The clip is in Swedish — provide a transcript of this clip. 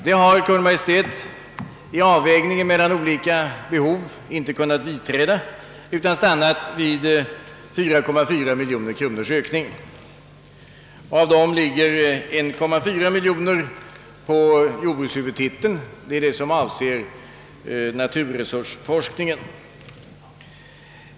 Det har Kungl. Maj:t vid avvägningen av olika behov inte kunnat biträda, utan stannat vid 4,2 miljoner kronors ökning. Därav ligger 1,4 miljon kronor som avser naturresursforskningen på jordbrukshuvudtiteln.